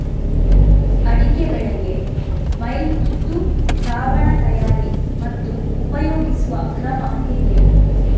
ಅಡಿಕೆ ಬೆಳೆಗೆ ಮೈಲುತುತ್ತು ದ್ರಾವಣ ತಯಾರಿ ಮತ್ತು ಉಪಯೋಗಿಸುವ ಕ್ರಮ ಹೇಗೆ?